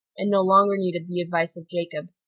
and no longer needed the advice of jacob.